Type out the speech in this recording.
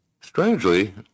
strangely